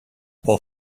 while